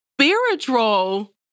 spiritual